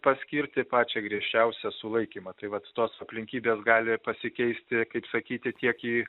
paskirti pačią griežčiausią sulaikymą tai vat tos aplinkybės gali pasikeisti kaip sakyti tiek į